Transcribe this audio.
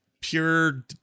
pure